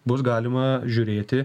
bus galima žiūrėti